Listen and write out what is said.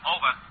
Over